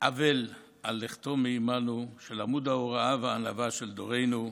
אבל על לכתו מעימנו של עמוד ההוראה והענווה של דורנו,